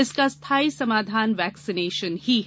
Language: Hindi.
इसका स्थायी समाधान वैक्सीनेशन ही है